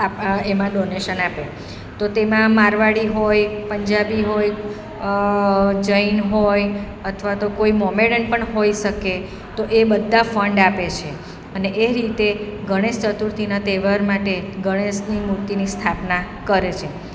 આપ આ એમાં ડોનેશન આપો તો તેમાં મારવાડી હોય પંજાબી હોય જૈન હોય અથવા તો કોઈ મોમેડન પણ હોઈ શકે તો એ બધા ફંડ આપે છે અને એ રીતે ગણેશ ચતુર્થીના તહેવાર માટે ગણેશની મૂર્તિની સ્થાપના કરે છે